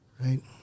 right